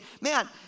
man